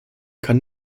kann